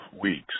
weeks